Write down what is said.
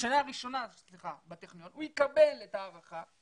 הוא יקבל את ההארכה,